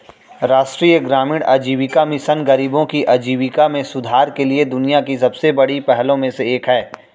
राष्ट्रीय ग्रामीण आजीविका मिशन गरीबों की आजीविका में सुधार के लिए दुनिया की सबसे बड़ी पहलों में से एक है